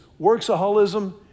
worksaholism